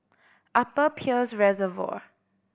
Upper Peirce Reservoir